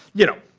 you know,